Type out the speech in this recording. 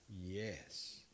Yes